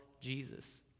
Jesus